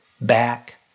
back